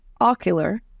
ocular